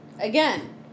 Again